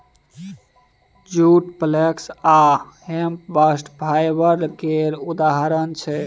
जुट, flax आ hemp bast fibre केर उदाहरण छै